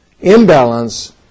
imbalance